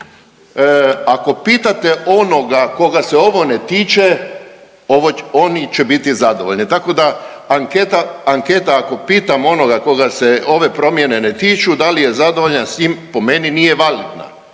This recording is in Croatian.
ako pitate onoga koga se ovo ne tiče oni će biti zadovoljni, tako da anketa, anketa ako pitamo onoga koga se ove promjene ne tiču da li je zadovoljan s tim po meni nije validna,